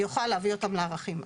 יוכל להביא אותם לערכים האלה.